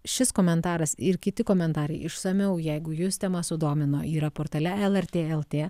šis komentaras ir kiti komentarai išsamiau jeigu jus tema sudomino yra portale lrt lt